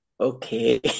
okay